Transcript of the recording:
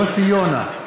יוסי יונה,